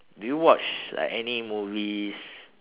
do you watch like any movies